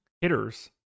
hitters